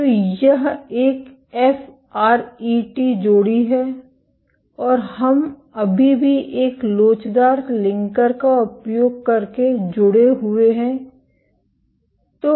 तो यह एक एफ आरईटी जोड़ी है और हम अभी भी एक लोचदार लिंकर का उपयोग करके जुड़े हुए हैं